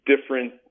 different